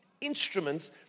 instruments